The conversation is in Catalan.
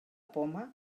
poma